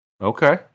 okay